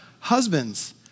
Husbands